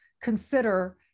consider